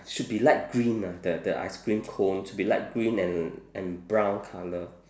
should be light green ah the the ice cream cone should be light green and and brown colour